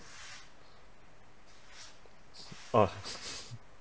uh